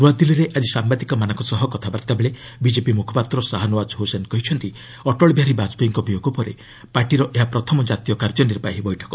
ନ୍ତଆଦିଲ୍କୀରେ ଆଜି ସମ୍ଭାଦିକମାନଙ୍କ ସହ କଥାବାର୍ତ୍ତା ବେଳେ ବିଜେପି ମୁଖପାତ୍ର ସାହାନୱାକ୍ ହୁସେନ କହିଛନ୍ତି ଅଟଳ ବିହାରୀ ବାଜପେୟୀଙ୍କ ବିୟୋଗ ପରେ ପାର୍ଟିର ଏହା ପ୍ରଥମ ଜାତୀୟ କାର୍ଯ୍ୟନିର୍ବାହୀ ବୈଠକ